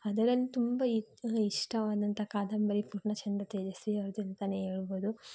ಅದರಲ್ಲಿ ತುಂಬ ಇಷ್ಟವಾದಂಥ ಕಾದಂಬರಿ ಪೂರ್ಣಚಂದ್ರ ತೇಜಸ್ವಿಯವರ್ದು ಅಂತಾನೆ ಹೇಳ್ಬೋದು